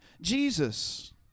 Jesus